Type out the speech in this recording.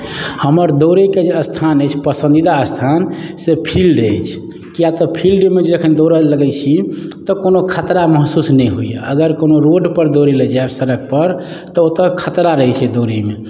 हमर दौड़ैके जे स्थान अछि पसन्दीदा स्थान से फील्ड अछि किआ तऽ फिल्डमे जखन दौड़ै लगै छी तऽ कोनो खतरा महसूस नहि होइया अगर कोनो रोड पर दौड़ै लए जायब सड़क पर तऽ ओतौ खतरा रहै छै दौड़ैमे